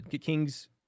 Kings